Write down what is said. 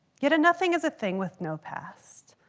yet a nothing is a thing with no past.